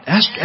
Ask